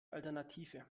alternative